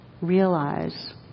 realize